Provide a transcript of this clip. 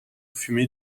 fumé